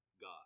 God